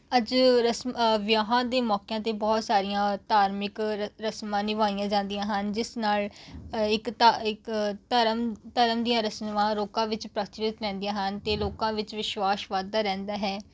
ਅੱਜ ਰਸਮ ਅ ਵਿਆਹਾਂ ਦੇ ਮੌਕਿਆਂ 'ਤੇ ਬਹੁਤ ਸਾਰੀਆਂ ਧਾਰਮਿਕ ਰ ਰਸਮਾਂ ਨਿਭਾਈਆਂ ਜਾਂਦੀਆਂ ਹਨ ਜਿਸ ਨਾਲ ਅ ਇੱਕ ਧਾ ਇੱਕ ਧਰਮ ਧਰਮ ਦੀਆਂ ਰਸਮਾਂ ਲੋਕਾਂ ਵਿੱਚ ਪ੍ਰਚਲਿਤ ਰਹਿੰਦੀਆਂ ਹਨ ਅਤੇ ਲੋਕਾਂ ਵਿੱਚ ਵਿਸ਼ਵਾਸ ਵੱਧਦਾ ਰਹਿੰਦਾ ਹੈ